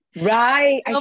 Right